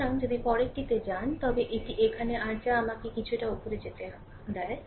সুতরাং যদি পরেরটিতে যান তবে এটি এখানে আর যা আমাকে কিছুটা উপরে যেতে দেয়